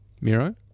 Miro